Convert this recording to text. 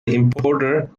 importer